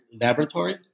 laboratory